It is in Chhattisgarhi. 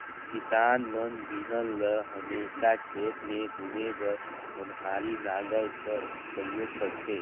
किसान मन बीहन ल हमेसा खेत मे बुने बर ओन्हारी नांगर कर परियोग करथे